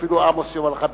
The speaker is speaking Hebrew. אפילו עמוס יאמר לך,